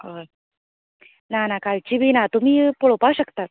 हय ना ना कालची बी ना तुमी पोवपा शकता